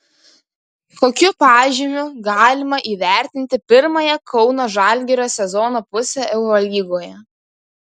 kokiu pažymiu galima įvertinti pirmąją kauno žalgirio sezono pusę eurolygoje